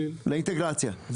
לאינטגרציה,